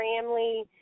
family